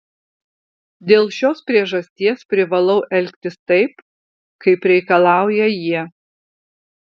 dėl šios priežasties privalau elgtis taip kaip reikalauja jie